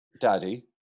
daddy